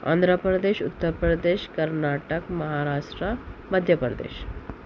Andhra Pradesh Uttar Pradesh Karnataka Maharashtra Madhya Pradesh